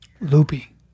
loopy